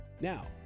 Now